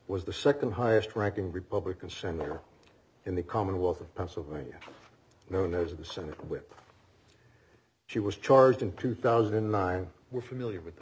was the nd highest ranking republican senator in the commonwealth of pennsylvania known as the senate whip she was charged in two thousand and nine we're familiar with the